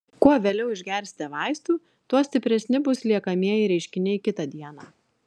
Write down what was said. kuo vėliau išgersite vaistų tuo stipresni bus liekamieji reiškiniai kitą dieną